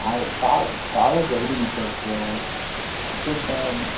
ஐ கால் college ID miss ஆகிடுச்சி ஹெச்ஓடிகிட்ட